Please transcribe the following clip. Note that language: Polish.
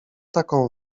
taką